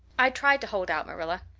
i tried to hold out, marilla.